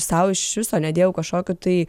sau iš viso nedėjau kažkokių tai